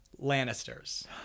Lannisters